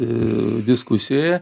a diskusijoje